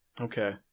Okay